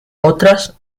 otras